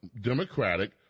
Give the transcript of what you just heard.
democratic